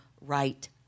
right